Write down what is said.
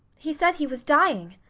he said he was dying.